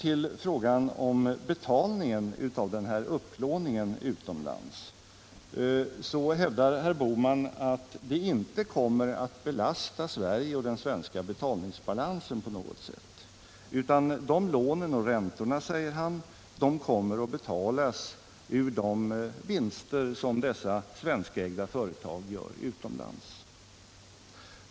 I fråga om betalningen av upplåningen utomlands hävdar herr Bohman att den inte kommer att belasta Sverige och den svenska betalningsbalansen på något sätt. De lånen och räntorna, säger han, kommer att betalas ur de vinster som dessa svenskägda företag gör utomlands.